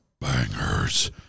Bangers